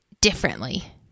differently